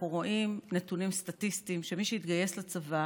אנחנו רואים נתונים סטטיסטיים שמי שהתגייס לצבא